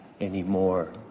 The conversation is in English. anymore